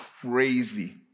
crazy